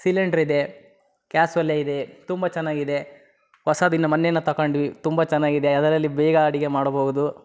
ಸಿಲಿಂಡ್ರಿದೆ gas ಒಲೆ ಇದೆ ತುಂಬ ಚೆನ್ನಾಗಿದೆ ಹೊಸಾದಿನ್ನ ಮೊನ್ನೆ ಇನ್ನೂ ತಗಂಡ್ವಿ ತುಂಬ ಚೆನ್ನಾಗಿದೆ ಅದರಲ್ಲಿ ಬೇಗ ಅಡಿಗೆ ಮಾಡಬಹುದು